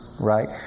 right